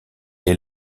est